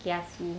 kiasu